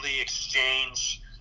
exchange